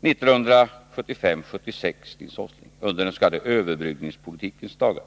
1975-1976 under den s.k. överbryggningspolitikens dagar.